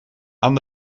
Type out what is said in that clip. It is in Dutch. aan